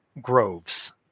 groves